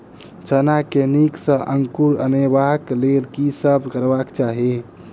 चना मे नीक सँ अंकुर अनेबाक लेल की सब करबाक चाहि?